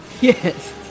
Yes